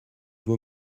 vaut